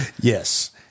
Yes